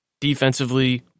Defensively